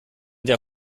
der